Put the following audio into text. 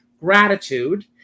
gratitude